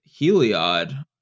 Heliod